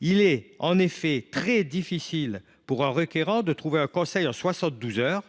il est très difficile pour un requérant de trouver un conseil en soixante douze heures.